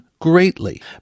greatly